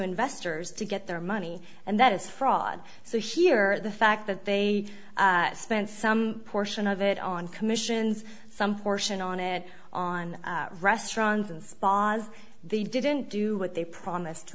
investors to get their money and that is fraud so here the fact that they spend some portion of it on commissions some portion on it on restaurants and spas they didn't do what they promised to